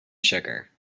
sugar